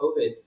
COVID